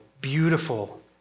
beautiful